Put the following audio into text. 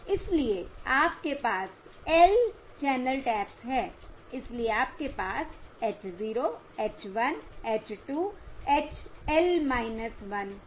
इसलिए आपके पास L चैनल टैप्स हैं इसलिए आपके पास h 0 h 1 h 2 h L 1 है